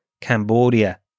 Cambodia